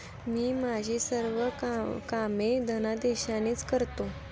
मी माझी सर्व कामे धनादेशानेच करतो